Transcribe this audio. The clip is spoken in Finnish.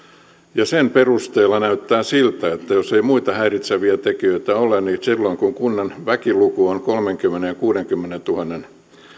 ja sen perusteella näyttää siltä että jos ei muita häiritseviä tekijöitä ole niin silloin kun kunnan väkiluku on kolmenkymmenentuhannen ja kuudenkymmenentuhannen